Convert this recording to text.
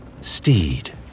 Steed